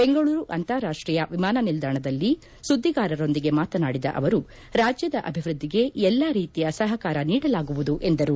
ಬೆಂಗಳೂರು ಅಂತಾರಾಷ್ಟೀಯ ವಿಮಾನ ನಿಲ್ದಾಣದಲ್ಲಿ ಸುದ್ದಿಗಾರರೊಂದಿಗೆ ಮಾತನಾಡಿದ ಅವರು ರಾಜ್ಯದ ಅಭಿವೃದ್ದಿಗೆ ಎಲ್ಲಾ ರೀತಿಯ ಸಹಕಾರ ನೀಡಲಾಗುವುದು ಎಂದರು